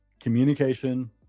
communication